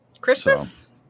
Christmas